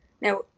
Now